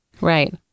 Right